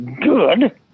good